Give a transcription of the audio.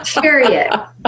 period